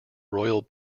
royal